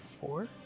four